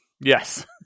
Yes